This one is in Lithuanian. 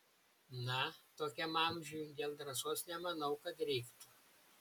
na tokiam amžiuj dėl drąsos nemanau kad reiktų